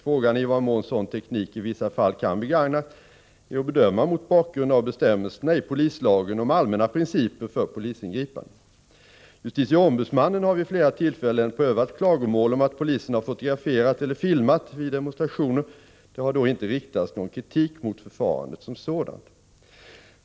Frågan i vad mån sådan teknik i vissa fall kan begagnas är att bedöma mot bakgrund av bestämmelserna i polislagen om allmänna principer för polisingripanden. Justitieombudsmannen har vid flera tillfällen prövat klagomål om att polisen har fotograferat eller filmat vid demonstrationer. Det har då inte riktats någon kritik mot förfarandet som sådant.